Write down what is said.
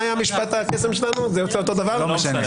משפט הקסם שלנו היה שבסוף זה לא משנה.